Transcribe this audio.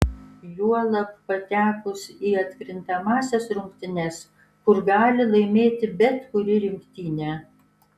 juolab patekus į atkrintamąsias rungtynes kur gali laimėti bet kuri rinktinė